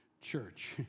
church